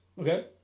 Okay